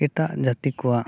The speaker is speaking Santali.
ᱮᱴᱟᱜ ᱡᱟᱛᱤ ᱠᱚᱣᱟᱜ